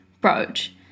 brooch